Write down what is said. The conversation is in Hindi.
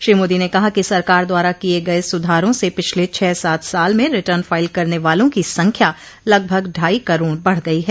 श्री मोदी ने कहा कि सरकार द्वारा किए गए सुधारों से पिछले छह सात साल में रिटर्न फाइल करने वालों की संख्या लगभग ढाई करोड बढ गई है